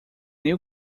new